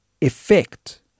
effect